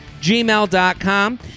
gmail.com